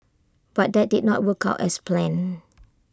but that did not work out as planned